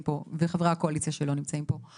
פה ואת חברי הקואליציה שלא נמצאים פה.